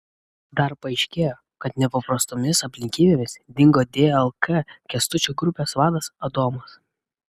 dar paaiškėjo kad nepaprastomis aplinkybėmis dingo dlk kęstučio grupės vadas adomas